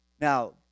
now